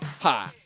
Hi